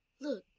Look